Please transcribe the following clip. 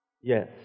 Yes